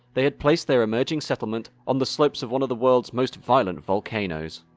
they had placed their emerging settlement on the slopes of one of the world's most violent volcanoes.